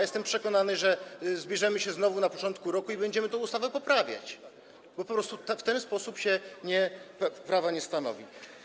Jestem przekonany, że zbierzemy się znowu na początku roku i będziemy tę ustawę poprawiać, bo po prostu w ten sposób prawa się nie stanowi.